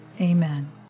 Amen